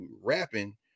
rapping